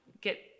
get